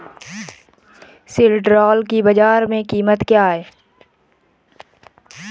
सिल्ड्राल की बाजार में कीमत क्या है?